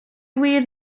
wir